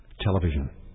television